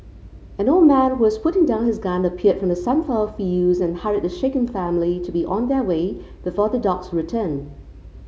an old man who was putting down his gun appeared from the sunflower fields and hurried the shaken family to be on their way before the dogs return